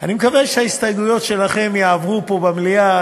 אני מקווה שההסתייגויות שלכם יעברו פה במליאה,